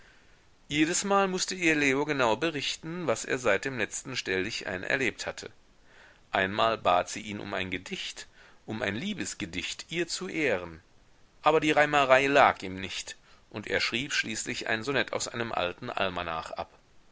jedesmal mußte ihr leo genau berichten was er seit dem letzten stelldichein erlebt hatte einmal bat sie ihn um ein gedicht um ein liebesgedicht ihr zu ehren aber die reimerei lag ihm nicht und er schrieb schließlich ein sonett aus einem alten almanach ab